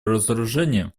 разоружению